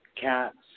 cat's